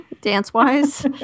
Dance-wise